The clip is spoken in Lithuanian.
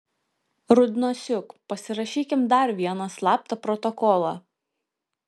rudnosiuk pasirašykim dar vieną slaptą protokolą